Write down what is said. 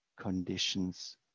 conditions